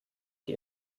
die